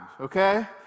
okay